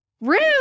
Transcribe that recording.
rude